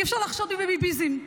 אי-אפשר לחשוד בי בביביזם.